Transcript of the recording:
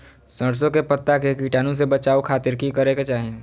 सरसों के पत्ता के कीटाणु से बचावे खातिर की करे के चाही?